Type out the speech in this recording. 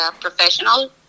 professional